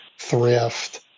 thrift